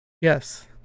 Yes